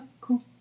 cool